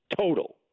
total